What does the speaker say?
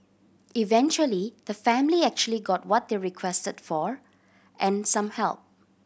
eventually the family actually got what they requested for and some help